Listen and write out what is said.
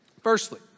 Firstly